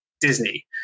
Disney